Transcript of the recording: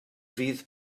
fydd